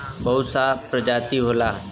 बहुत सा प्रजाति होला